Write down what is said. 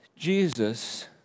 Jesus